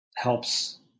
Helps